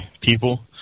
people